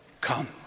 Come